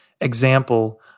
example